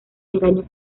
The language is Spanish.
engaño